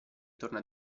torna